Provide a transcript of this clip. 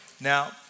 Now